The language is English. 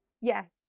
Yes